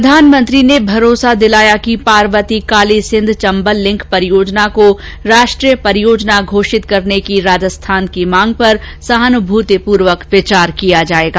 प्रधानमंत्री ने भरोसा दिलाया कि पार्वती कालीसिंध चंबल लिंक परियोजना को राष्ट्रीय परियोजना घोषित करने की राजस्थान की मांग पर सहानुभूति पूर्वक विचार किया जायेगा